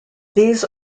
these